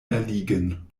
erliegen